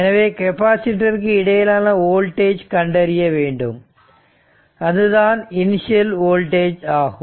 எனவே கெப்பாசிட்டர் இருக்கு இடையிலான வோல்டேஜ் கண்டறிய வேண்டும் அதுதான் இனிஷியல் வோல்டேஜ் ஆகும்